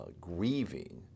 grieving